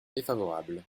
défavorable